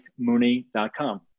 mikemooney.com